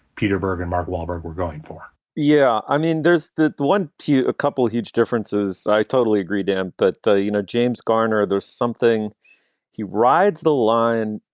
peter bergen, mark wahlberg, we're going for yeah. i mean, there's that one too. a couple huge differences. i totally agree, dan. but you know, james garner, there's something he rides the line.